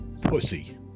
pussy